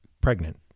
pregnant